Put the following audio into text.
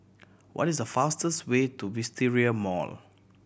what is the fastest way to Wisteria Mall